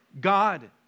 God